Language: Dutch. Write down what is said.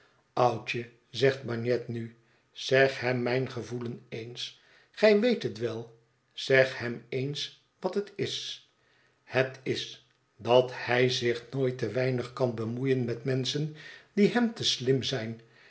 oudje zegt bagnet nu zeg hem mijn gevoelen eens gij weet het wel zeg hem eens wat het is het is dat hij zich nooit te weinig kan bemoeien met menschen die hem te slim zijn